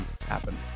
happen